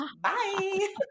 bye